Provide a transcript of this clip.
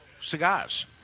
cigars